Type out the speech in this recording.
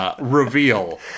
reveal